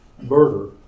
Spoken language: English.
murder